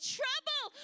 trouble